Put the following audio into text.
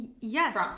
Yes